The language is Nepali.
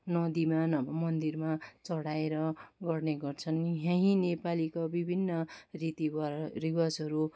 नदिमा नभए मन्दिरमा चढाएर गर्ने गर्छन् यही नेपालीका बिभिन्न रीति रिवजहरू